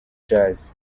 jazz